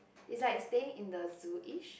is like staying in the zoo ish